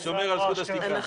אושרה.